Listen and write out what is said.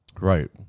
right